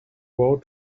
road